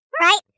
right